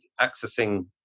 accessing